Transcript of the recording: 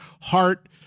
Heart